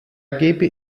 gebe